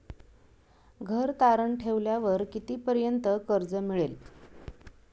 घर तारण ठेवल्यावर कितीपर्यंत कर्ज मिळेल?